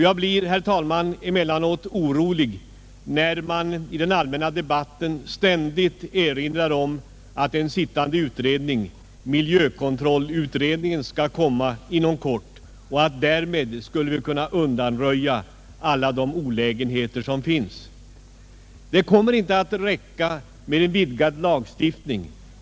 Jag blir, herr talman, emellanåt orolig när man i den allmänna debatten ständigt erinrar om att miljökontrollutredningen inom kort skall framlägga sitt betänkande och att man därmed skulle undanröja alla de olägenheter som finns. Det kommer inte att räcka med en vidgad lagstiftning.